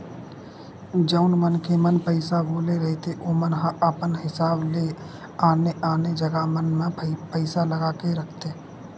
जउन मनखे मन पइसा वाले रहिथे ओमन ह अपन हिसाब ले आने आने जगा मन म पइसा लगा के रखथे